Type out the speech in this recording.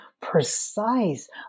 precise